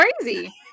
crazy